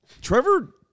Trevor